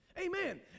Amen